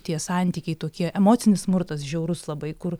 tie santykiai tokie emocinis smurtas žiaurus labai kur